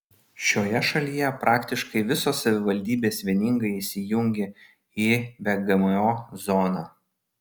šioje šalyje praktiškai visos savivaldybės vieningai įsijungė į be gmo zoną